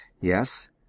yes